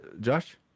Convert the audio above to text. Josh